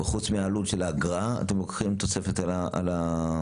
חוץ מהעלות של האגרה אתם לוקחים תוספת על העוף.